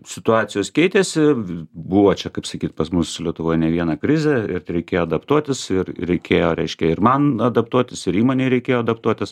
situacijos keitėsi buvo čia kaip sakyt pas mus lietuvoje ne vieną krizę ir reikėjo adaptuotis ir reikėjo reiškia ir man adaptuotis ir įmonei reikėjo adaptuotis